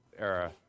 Era